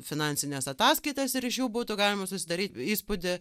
finansines ataskaitas ir iš jų būtų galima susidaryt įspūdį